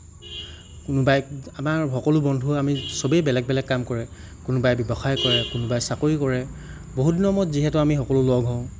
কোনোবাই আমাৰ সকলো বন্ধুৱে আনি চবেই বেলেগ বেলেগ কাম কৰে কোনোবাই ব্যৱসায় কৰে কোনোবাই চাকৰি কৰে বহুত দিনৰ মূৰত আমি যিহেতু সকলো লগ হওঁ